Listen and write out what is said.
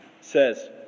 says